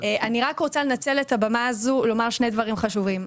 אני רוצה לנצל את הבמה הזו כדי לומר שני דברים חשובים.